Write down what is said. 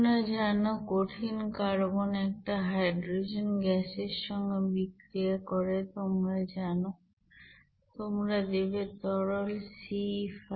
তোমরা জানো কঠিন কার্বন একটা হাইড্রোজেন গ্যাস এর সঙ্গে বিক্রিয়া করে তোমরা জানো তোমাদের দেবে তরল C5H12